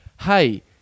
hey